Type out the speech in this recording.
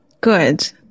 Good